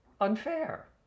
unfair